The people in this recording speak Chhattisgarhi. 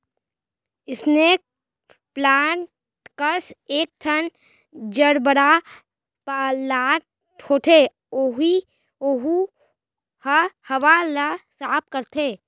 स्नेक प्लांट कस एकठन जरबरा प्लांट होथे ओहू ह हवा ल साफ करथे